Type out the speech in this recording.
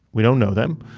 we don't know them.